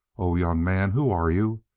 o young man! who are you?